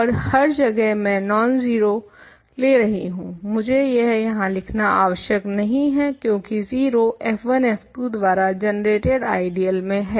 ओर हर जगह मैं नॉन जीरो ले रही हूँ मुझे यह यहाँ लिखना आवश्यक नहीं है क्यूंकि 0 f1 f2 द्वारा जनरेटेड आइडियल में है